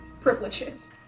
privileges